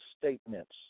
statements